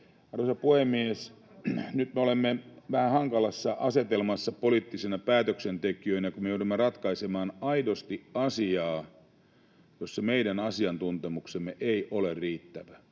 Arvoisa puhemies! Nyt me olemme vähän hankalassa asetelmassa poliittisina päätöksentekijöinä, kun me joudumme ratkaisemaan aidosti asiaa, jossa meidän asiantuntemuksemme ei ole riittävä.